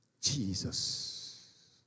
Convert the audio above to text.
Jesus